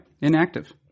Inactive